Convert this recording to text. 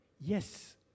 Yes